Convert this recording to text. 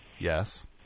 Yes